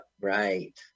Right